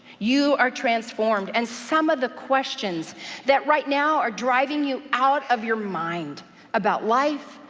you are transformed, and some of the questions that right now are driving you out of your mind about life,